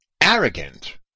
arrogant